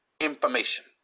information